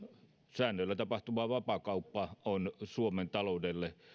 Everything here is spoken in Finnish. säännöillä tapahtuva vapaakauppa on suomen taloudelle